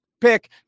pick